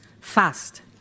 fast